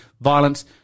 violence